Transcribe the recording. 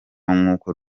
nkuko